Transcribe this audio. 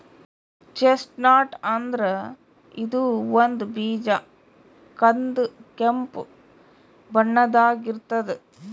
chestnut ಅಂದ್ರ ಇದು ಒಂದ್ ಬೀಜ ಕಂದ್ ಕೆಂಪ್ ಬಣ್ಣದಾಗ್ ಇರ್ತದ್